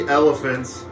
elephants